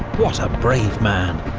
what a brave man.